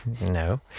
No